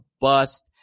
bust